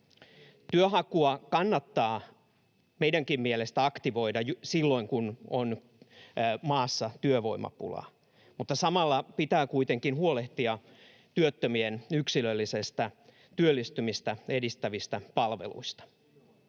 Työnhakua kannattaa meidänkin mielestämme aktivoida silloin, kun maassa on työvoimapulaa, mutta samalla pitää kuitenkin huolehtia työttömien yksilöllisistä työllistymistä edistävistä palveluista.